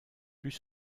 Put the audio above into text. plus